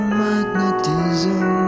magnetism